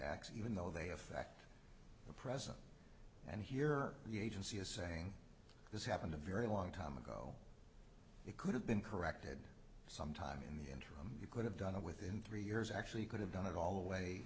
acts even though they affect the present and here the agency is saying this happened a very long time ago it could have been corrected sometime in the interim you could have done it within three years actually could have done it all